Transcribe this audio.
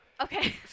Okay